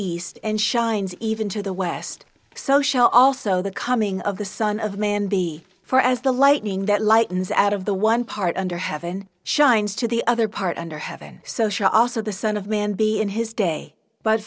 east and shines even to the west social also the coming of the son of man be for as the lightning that lightens out of the one part under heaven shines to the other part under heaven so she also the son of man be in his day but